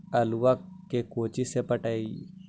आलुआ के कोचि से पटाइए?